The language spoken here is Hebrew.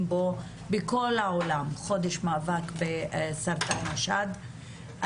בו בכל העולם חודש מאבק בסרטן השד.